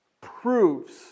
proves